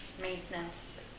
maintenance